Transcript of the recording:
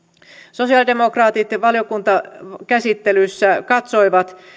sosialidemokraatit valiokuntakäsittelyssä katsoivat